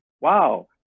wow